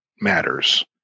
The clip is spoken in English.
matters